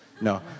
no